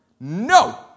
No